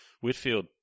Whitfield